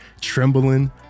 trembling